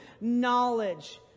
knowledge